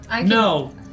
No